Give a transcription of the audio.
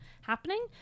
happening